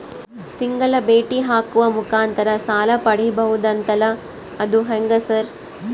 ತಿಂಗಳ ಚೇಟಿ ಹಾಕುವ ಮುಖಾಂತರ ಸಾಲ ಪಡಿಬಹುದಂತಲ ಅದು ಹೆಂಗ ಸರ್?